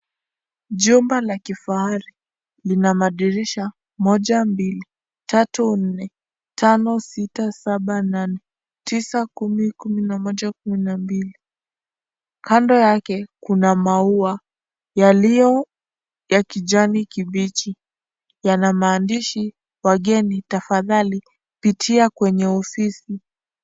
Chumba la kifahari lina madirisha moja mbili tatu nne tano sita saba nane tisa kumi kumi na moja kumi na mbili kando yake kuna maua yaliyo ya kijani kibichi yana maandishi 'wageni tafadhali pitia kwenye ofisi'.